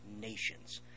nations